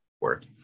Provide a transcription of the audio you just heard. work